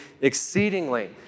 exceedingly